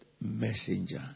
messenger